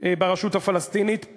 ברשות הפלסטינית,